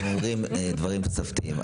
אתם אומרים דברים תוספתיים.